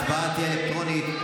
ההצבעה תהיה אלקטרונית.